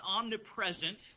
omnipresent